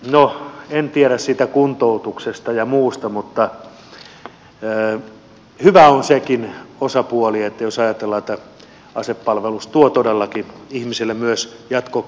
no en tiedä siitä kuntoutuksesta ja muusta mutta hyvä on sekin osapuoli että jos ajatellaan että asepalvelus tuo todellakin ihmisille myös jatkoelämälle hyvinvointia